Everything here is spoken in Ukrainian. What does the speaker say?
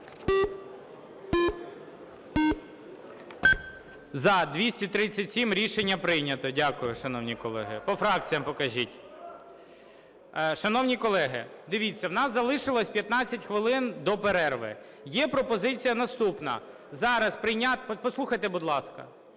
За-237 Рішення прийнято. Дякую, шановні колеги. По фракціях покажіть. Шановні колеги, дивіться, у нас залишилося 15 хвилин до перерви. Є пропозиція наступна. Послухайте, будь ласка.